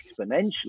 exponentially